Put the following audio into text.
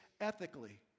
ethically